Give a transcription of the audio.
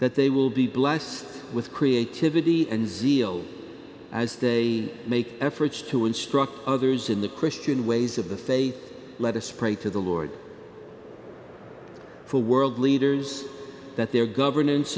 that they will be blessed with creativity and zeal as they make efforts to instruct others in the christian ways of the faith let us pray to the lord for world leaders that their governance